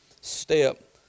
step